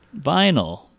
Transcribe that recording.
Vinyl